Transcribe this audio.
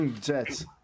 Jets